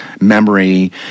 memory